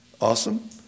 Awesome